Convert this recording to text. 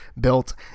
built